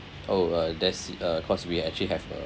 oh uh there's uh cause we actually have a